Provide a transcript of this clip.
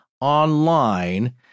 online